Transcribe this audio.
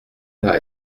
n’a